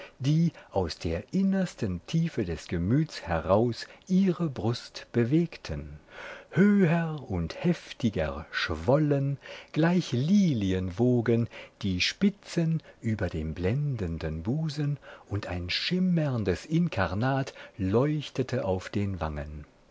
die aus der innersten tiefe des gemüts heraus ihre brust bewegten höher und heftiger schwollen gleich lilienwogen die spitzen über dem blendenden busen und ein schimmerndes inkarnat leuchtete auf den wangen